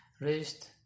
raised